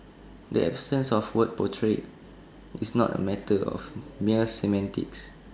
the absence of word portrayed is not A matter of mere semantics